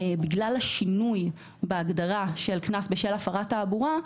בגלל השינוי בהגדרה של קנס בשל הפרת תעבורה.